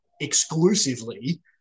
exclusively